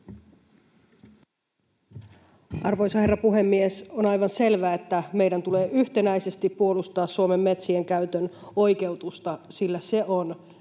Arvoisa herra puhemies! On aivan selvää, että meidän tulee yhtenäisesti puolustaa Suomen metsien käytön oikeutusta, sillä on